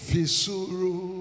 Fisuru